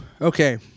Okay